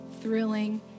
thrilling